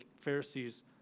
Pharisees